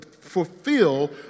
fulfill